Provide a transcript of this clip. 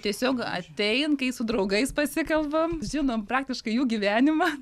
tiesiog atein kai su draugais pasikalbam žinom praktiškai jų gyvenimą